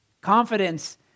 confidence